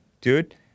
dude